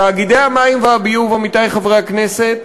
תאגידי המים והביוב, עמיתי חברי הכנסת,